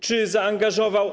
Czy zaangażował.